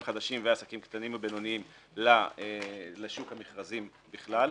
חדשים ועסקים קטנים ובינוניים לשוק המכרזים בכלל.